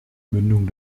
mündung